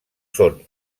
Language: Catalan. són